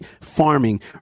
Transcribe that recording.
farming